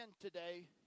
today